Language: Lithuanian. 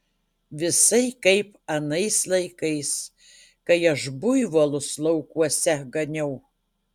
visai kaip anais laikais kai aš buivolus laukuose ganiau